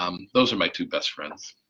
um those are my two best friends,